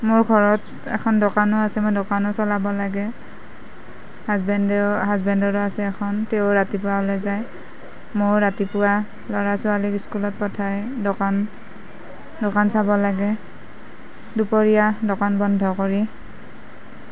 মোৰ ঘৰত এখন দোকানো আছে মই দোকানো চলাব লাগে হাজবেণ্ড হাজবেণ্ডৰো আছে এখন তেওঁ ৰাতিপুৱা ওলাই যায় ময়ো ৰাতিপুৱা ল'ৰা ছোৱালীক স্কুলত পঠাই দোকান দোকান চাব লাগে দুপৰীয়া দোকান বন্ধ কৰি